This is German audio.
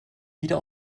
wieder